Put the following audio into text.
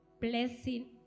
blessing